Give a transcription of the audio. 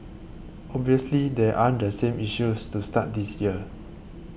obviously there aren't the same issues to start this year